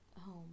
home